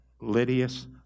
Lydia's